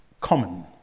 common